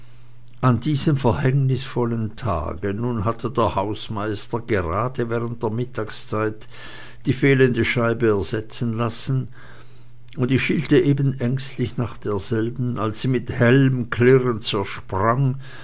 an diesem verhängnisvollen tage nun hatte der hausmeister gerade während der mittagszeit die fehlende scheibe ersetzen lassen und ich schielte eben ängstlich nach derselben als sie mit hellem klirren zersprang